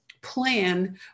Plan